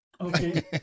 Okay